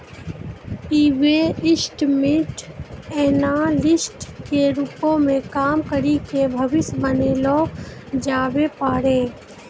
investment analyst के रूपो मे काम करि के भविष्य बनैलो जाबै पाड़ै